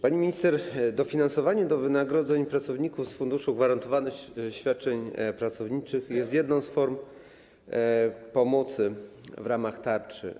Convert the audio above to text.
Pani minister, dofinansowanie do wynagrodzeń pracowników z Funduszu Gwarantowanych Świadczeń Pracowniczych jest jedną z form pomocy w ramach tarczy.